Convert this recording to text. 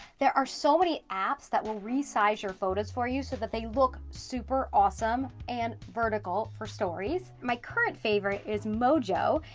there are so many apps that will resize your photos for you so that they look super awesome and vertical for stories. my current favorite is mojo,